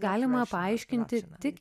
galima paaiškinti tik